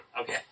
Okay